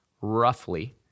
Roughly